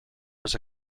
was